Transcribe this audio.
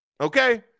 okay